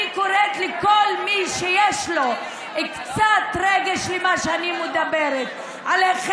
אני קוראת לכל מי שיש לו קצת רגש למה שאני מדברת עליו.